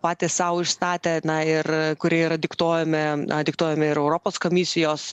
patys sau išstatę na ir kurie yra diktuojami diktuojami ir europos komisijos